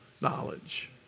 knowledge